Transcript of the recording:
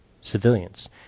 civilians